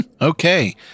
okay